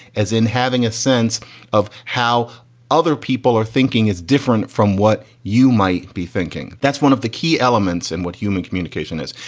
as in having a sense of how other people are thinking is different from what you might be thinking. that's one of the key elements in what human communication is.